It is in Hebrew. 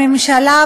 הממשלה,